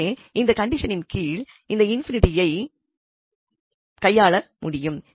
எனவே இந்த கண்டிஷனின் கீழ் இந்த ∞ ஐ கையாள முடியும்